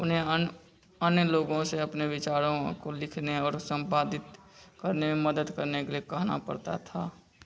उन्हें अन्य अन्य लोगों से अपने विचारों को लिखने और संपादित करने में मदद करने के लिए कहना पड़ता था